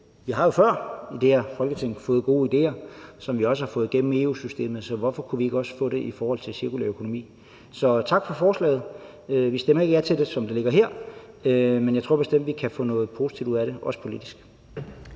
at vi jo før i det her Folketing har fået gode idéer, som vi også har fået igennem i EU-systemet, så hvorfor kunne vi ikke også få det i forhold til cirkulær økonomi? Så tak for forslaget. Vi stemmer ikke ja til det, som det ligger her, men jeg tror bestemt, vi kan få noget positivt ud af det, også politisk.